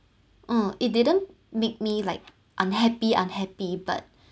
uh it didn't make me like unhappy unhappy but